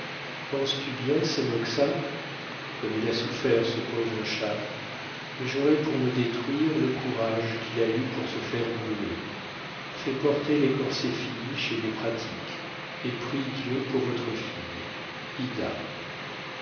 panse lui bien ses moqca comme il a souffert ce povre cha mais j'orai pour me détruir le couraje qu'il a eu pour se faire brulai fais porter les corsets finis chez mes pratiques et prie dieu pour votre fille